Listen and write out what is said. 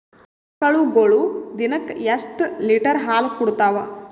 ಆಕಳುಗೊಳು ದಿನಕ್ಕ ಎಷ್ಟ ಲೀಟರ್ ಹಾಲ ಕುಡತಾವ?